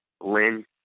Lynn